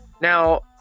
Now